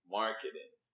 marketing